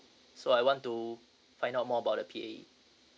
so I want to find out more about the P_A_E